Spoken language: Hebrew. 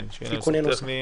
כן, תיקונים טכניים.